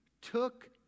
took